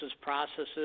processes